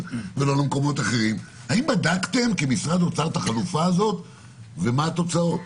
ולמקומות אחרים האם בדקתם עם משרד האוצר את החלופה הזאת ומה התוצאות?